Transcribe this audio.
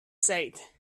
said